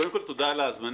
קודם כל, תודה על ההזמנה.